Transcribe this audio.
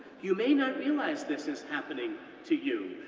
you may not realize this is happening to you,